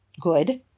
good